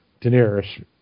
Daenerys